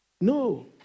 No